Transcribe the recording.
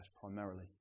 primarily